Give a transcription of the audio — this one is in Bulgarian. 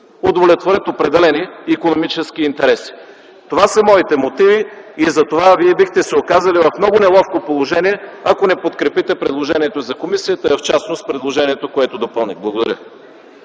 удовлетворят определени икономически интереси. Това са моите мотиви и Вие бихте се оказали в много неловко положение, ако не подкрепите предложението за създаване на комисията и в частност, предложението, което допълних. Благодаря.